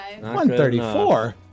134